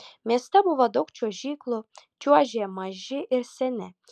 mieste buvo daug čiuožyklų čiuožė maži ir seni